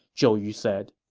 zhou yu said.